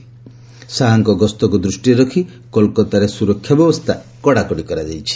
ଶ୍ରୀ ଶାହାଙ୍କ ଗସ୍ତକୁ ଦୃଷ୍ଟିରେ ରଖି କୋଲକାତାରେ ସୁରକ୍ଷା ବ୍ୟବସ୍ଥା କଡ଼ାକଡ଼ି କରାଯାଇଛି